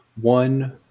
one